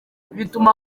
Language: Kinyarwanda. bituma